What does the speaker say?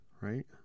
right